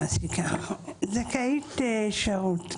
זכאית שירות,